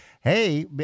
Hey